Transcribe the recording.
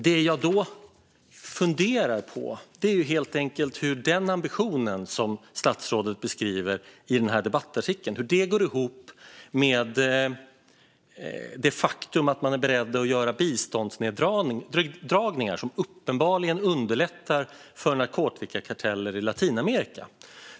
Det jag funderar på är hur den ambition som statsrådet beskriver i debattartikeln går ihop med det faktum att man är beredd att göra biståndsneddragningar som uppenbarligen underlättar för narkotikakarteller i Latinamerika.